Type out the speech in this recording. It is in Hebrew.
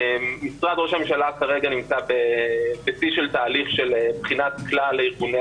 משרד ראש הממשלה כרגע נמצא בשיא תהליך של בחינת כלל ארגוני